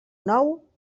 nou